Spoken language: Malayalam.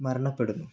മരണപ്പെടുന്നു